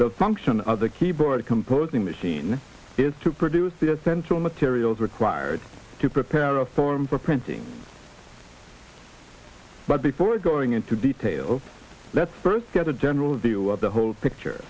the function of the keyboard composing machine is to produce the essential materials required to prepare a form for printing but before going into detail let's first get a general view of the whole picture